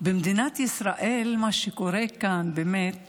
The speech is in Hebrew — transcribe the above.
במדינת ישראל, מה שקורה כאן באמת